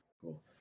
cool